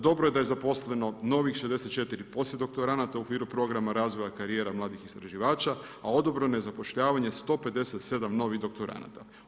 Dobro je da je zaposleno novih 64 poslijedoktoranata u okviru programa razvoja karijera mladih istraživača a odobreno je zapošljavanje 157 novih doktoranata.